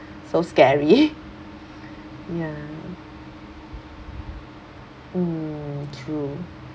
so scary ya mm true